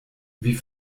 wie